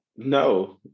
No